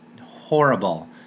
horrible